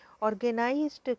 organized